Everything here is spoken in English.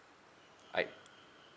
I